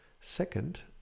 Second